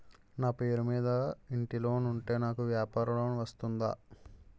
నా పేరు మీద ఇంటి లోన్ ఉంటే నాకు వ్యాపార లోన్ వస్తుందా?